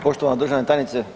Poštovana državna tajnice.